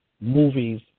movies